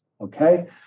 Okay